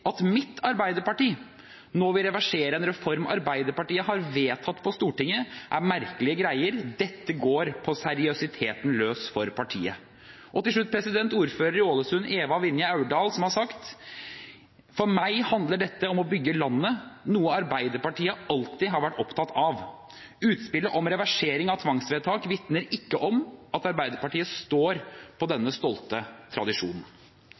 «At mitt arbeiderparti nå vil reversere en reform Ap har vedtatt på Stortinget er merkelige greier. Dette går på seriøsiteten løs for partiet.» Og til slutt: Ordfører Eva Vinje Aurdal i Ålesund har sagt: «For meg handler dette om å bygge landet, noe Arbeiderpartiet alltid har vært opptatt av. Utspillet om reversering av tvangsvedtak vitner ikke om at Ap står på denne stolte tradisjonen.»